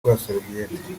bw’abasoviyeti